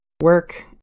work